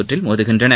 சுற்றில் மோதுகின்றன